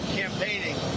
campaigning